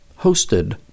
hosted